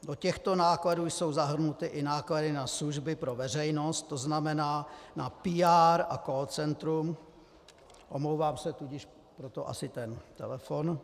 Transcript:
Do těchto nákladů jsou zahrnuty i náklady na služby pro veřejnost, to znamená na PR a call centrum omlouvám se, tudíž proto asi ten telefon.